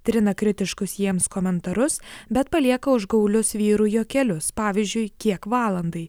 trina kritiškus jiems komentarus bet palieka užgaulius vyrų juokelius pavyzdžiui kiek valandai